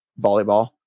volleyball